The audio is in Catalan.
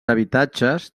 habitatges